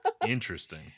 Interesting